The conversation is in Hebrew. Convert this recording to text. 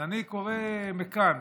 אז אני קורא מכאן